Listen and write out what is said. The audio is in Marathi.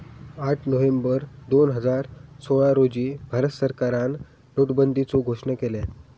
आठ नोव्हेंबर दोन हजार सोळा रोजी भारत सरकारान नोटाबंदीचो घोषणा केल्यान